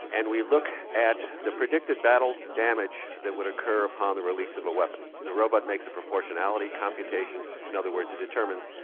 and we look at the predicted battle damage that would occur upon the release of a weapon. the robot makes a proportionality computation, in other words it determines,